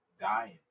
dying